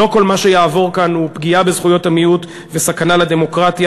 לא כל מה שיעבור כאן הוא פגיעה בזכויות המיעוט וסכנה לדמוקרטיה.